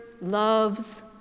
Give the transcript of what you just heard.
loves